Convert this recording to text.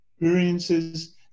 experiences